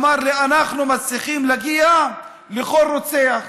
אמר לי: אנחנו מצליחים להגיע לכל רוצח.